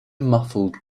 muffled